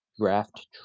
draft